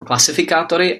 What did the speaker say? klasifikátory